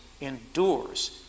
endures